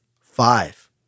five